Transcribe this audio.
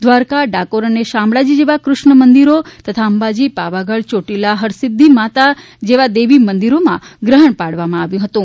દ્વારકા ડાકોર અને શામળાજી જેવા દૃષ્ણ મંદિરો તથા અંબાજી પાવાગઢ ચોટીલા હરસિધ્યિ માતા જેવા દેવી મંદિરો માં ગ્રહણ પાળવામાં આવ્યું હતું